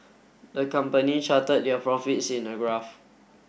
the company charted their profits in a graph